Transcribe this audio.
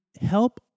help